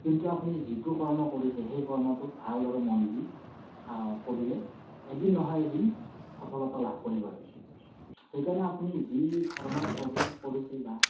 কিন্তু আপুনি যিটো কৰ্ম কৰিছে সেই কৰ্মটোত ভালদৰে মন দি কৰিলে এদিন নহয় এদিন সফলতা লাভ কৰিবই সেইকাৰণে আপুনি যি কৰ্মই কৰি কৰিছে বা